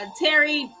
terry